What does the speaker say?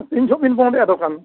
ᱛᱤᱱ ᱡᱚᱦᱚᱜ ᱵᱤᱱ ᱵᱚᱸᱫᱮᱜᱼᱟ ᱫᱳᱠᱟᱱ